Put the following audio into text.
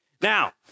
Now